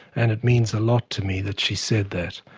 and it means a lot to me that she said that.